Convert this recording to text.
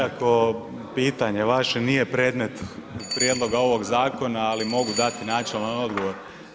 Iako pitanje vaše nije predmet prijedloga ovog zakona, ali mogu dati načelan odgovor.